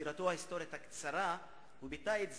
בסקירתו ההיסטורית הקצרה הוא ביטא את זה,